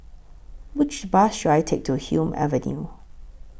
Which Bus should I Take to Hume Avenue